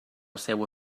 seua